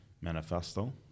manifesto